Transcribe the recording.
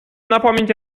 напомнить